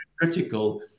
critical